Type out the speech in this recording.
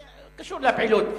זה לא קשור לשם.